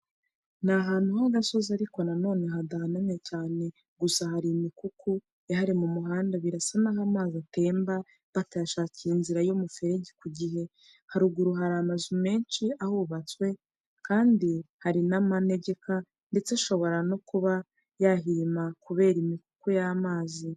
Ni ahantu h'agasozi ariko nanone hadahanamye cyane gusa hari imikuku ihari mu muhanda birasa n'aho amazi atemba batayashakiye inzira y'umuferege ku gihe, haruguru hari amazu menshi ahubatwe abaka ari mu manegeka ndetse ashobora no kuba yahirima kubera imikuku y'amazi.